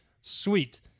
Sweet